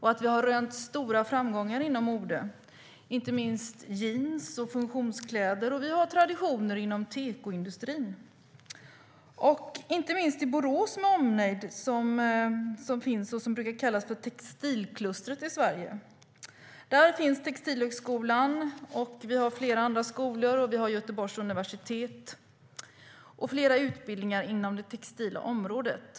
Sverige har rönt framgångar när det gäller bland annat funktionsplagg och jeans; vi har också traditioner med både tekoindustri och nya trender som utvecklas . Inte minst i Borås med omnejd finns vad man brukar kalla textilkluster. Där finns Textilhögskolan, men även på Göteborgs universitet och på fler skolor finns utbildningar inom det textila området."